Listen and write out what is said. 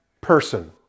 person